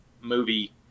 movie